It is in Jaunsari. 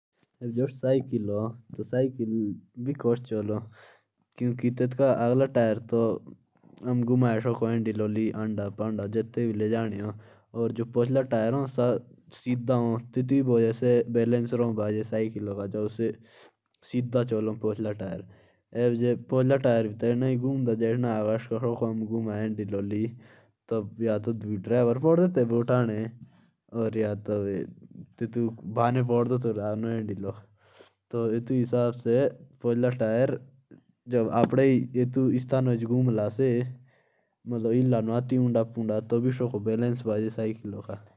जैसे साईकल होती ह तो वो दोनों टायर पे तब चलती ह क्युकी उस पे पीछे वाला टायर बिलकुल सिधा चलता ह।